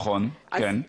נכון, כן.